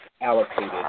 allocated